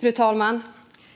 Fru talman!